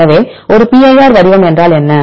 எனவே ஒரு pir வடிவம் என்றால் என்ன